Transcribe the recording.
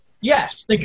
Yes